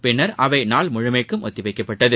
பின்னர் அவை நாள் முழுமைக்கும் ஒத்திவைக்கப்பட்டது